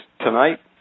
tonight